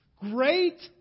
Great